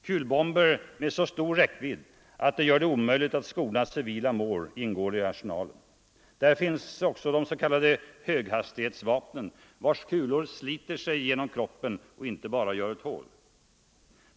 Kulbomber med så stor räckvidd att de gör det omöjligt att skona civila mål ingår i arsenalerna. Där finns också s.k. höghastighetsvapen, vars kulor sliter sig genom kroppen och inte bara gör ett hål.